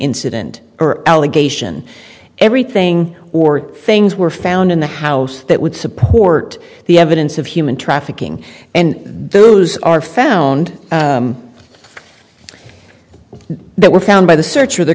incident or allegation everything or things were found in the house that would support the evidence of human trafficking and those are found that were found by the search for the